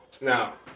now